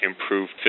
improved